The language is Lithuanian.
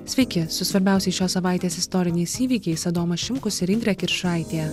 sveiki su svarbiausiais šios savaitės istoriniais įvykiais adomas šimkus ir indrė kiršaitė